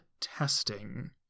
Testing